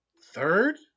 Third